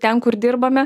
ten kur dirbame